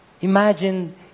Imagine